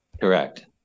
Correct